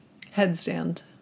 headstand